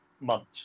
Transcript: months